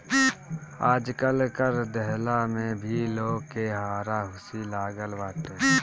आजकल कर देहला में भी लोग के हारा हुसी लागल बाटे